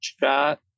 chat